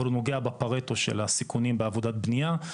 אבל הוא נוגע בפרטו של הסיכונים בעבודת הבניה,